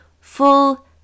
full